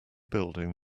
building